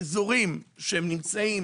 באזורים שנמצאים